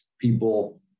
people